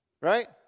Right